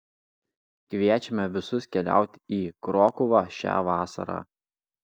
kviečiame visus keliauti į krokuvą šią vasarą